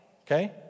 Okay